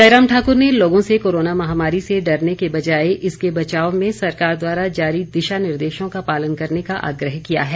जयराम ठाकुर ने लोगों से कोरोना महामारी से डरने की बजाए इसके बचाव में सरकार द्वारा जारी दिशा निर्देशों का पालन करने का आग्रह किया है